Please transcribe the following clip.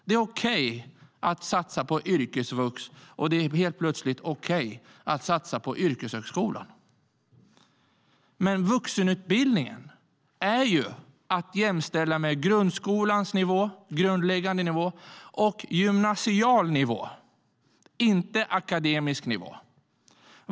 Det är okej att satsa på yrkesvux, och det är helt plötsligt okej att satsa på yrkeshögskolan. Vuxenutbildningen är dock att jämställa med grundskolans grundläggande nivå och gymnasial nivå - inte akademisk nivå.